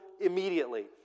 immediately